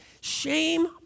Shame